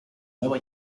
nueva